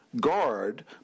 guard